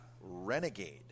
Renegade